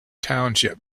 township